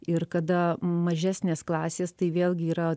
ir kada mažesnės klasės tai vėlgi yra